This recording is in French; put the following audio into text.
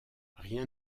rien